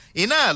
Ina